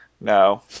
no